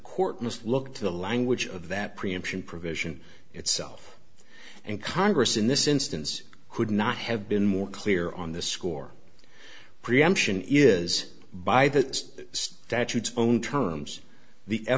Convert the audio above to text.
must look to the language of that preemption provision itself and congress in this instance could not have been more clear on this score preemption is by the statutes own terms